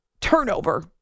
turnover